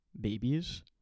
babies